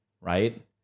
right